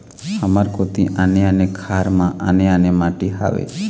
हमर कोती आने आने खार म आने आने माटी हावे?